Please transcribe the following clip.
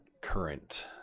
current